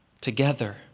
together